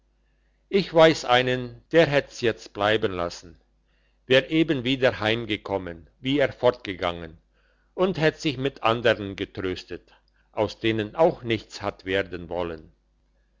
ich weiss einen der hätt's jetzt bleiben lassen wär eben wieder heimgekommen wie er fortgegangen und hätt sich mit andern getröstet aus denen auch nichts hat werden wollen